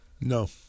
No